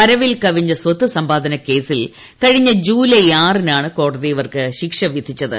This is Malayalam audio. വരവിൽ കവിഞ്ഞ സ്വത്ത് സമ്പാദന കേസിൽ കഴിഞ്ഞ ജൂലൈ ആറിനാണ് കോടതി ഇവർക്ക് ശിക്ഷ വിധിച്ചത്